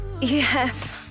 Yes